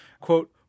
Quote